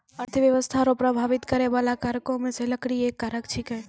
अर्थव्यस्था रो प्रभाबित करै बाला कारको मे से लकड़ी एक कारक छिकै